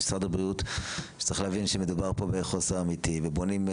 משרד הבריאות צריך להבין שמדובר פה בחוסר אמיתי ובונים,